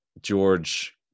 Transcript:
George